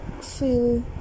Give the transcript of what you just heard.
feel